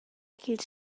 ch’ils